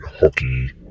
hockey